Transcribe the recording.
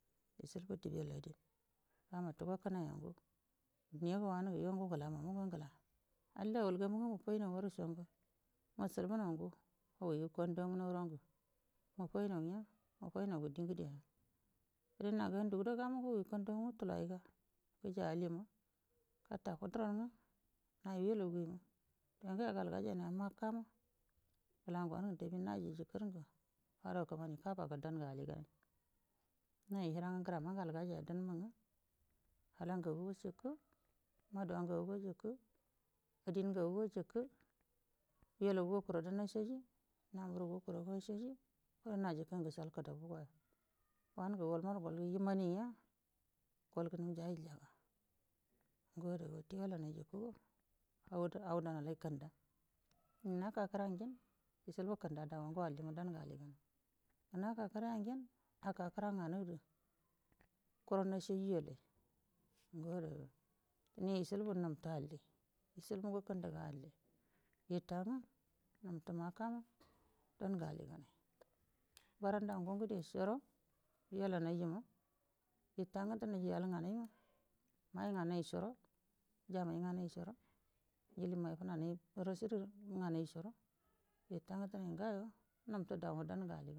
Yucilbu dibal adin ganatligo kinai go do dinago wan diggala go ngela halla wal gagun gekaino re sange musibuno ngu kwandamu gon makoi mi makainonge ngeri namudo gekoi handu muro kilai ga ijai alliyomun gecal kuduramu nayo wallagu yo ngayo gal gajaino makka nge bilangnaji fado kimani nge saba nge dan alligan dan ngrimma gal jamoonge hala ngagu jikki mada gammo jikki adin ngaiwo jikki wallawu kuron igi acei naburuwo kurun naji acie fongedo acal kadabuwa wan de wal mari wandi imaniyan nga wal nge nun jahilya ngo adeya wute wellaini auda alai kenda nin naka kirayen yucilbu kinda dauyen dinje alligan aka kiran ye aka kirangadan kuran naci yale yo adega yogu nafti alligo ngo kindiga alliwo getange gan makkama alligan baranda ngu ngede coro nganichoro gan nganai choro wel mai fu namai raside nganai yetaga denai ngecoro adayado.